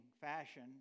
fashion